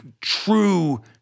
true